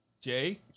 Jay